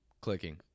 clicking